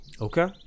okay